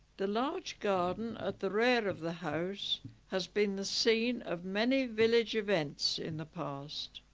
the large garden at the rear of the house has been the scene of many village events in the past